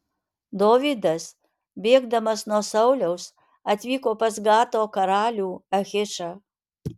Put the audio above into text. dovydas bėgdamas nuo sauliaus atvyko pas gato karalių achišą